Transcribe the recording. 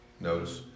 Notice